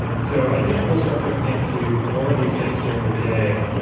so i think we'll start bring into more of these things during the day.